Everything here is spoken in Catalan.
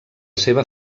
seva